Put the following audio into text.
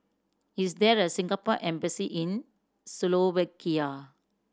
is there a Singapore Embassy in Slovakia